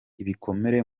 ibikomere